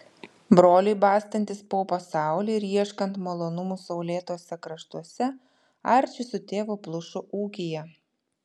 broliui bastantis po pasaulį ir ieškant malonumų saulėtuose kraštuose arčis su tėvu plušo ūkyje